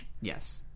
Yes